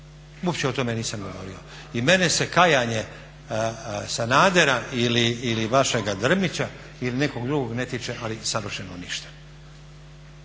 uopće o tome nisam govorio i mene se kajanje Sanadera ili vašega Drmića ili nekog drugog ne tiče ali savršeno ništa.